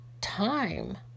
time